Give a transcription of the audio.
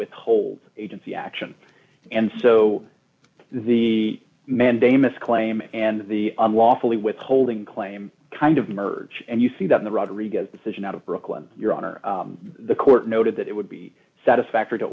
withhold agency action and so the mandamus claim and the unlawfully withholding claim kind of merge and you see that in the rodriguez decision out of brooklyn your honor the court noted that it would be satisfactory to